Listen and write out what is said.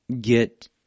get